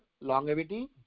longevity